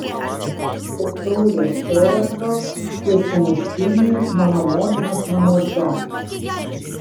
po taurę chereso ir sumuštinį mano motinos namuose